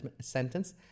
sentence